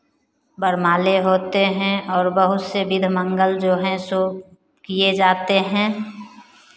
वरमाले होते हैं और बहुत से विधि मंगल जो हैं सो किये जाते हैं